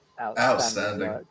outstanding